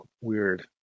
weird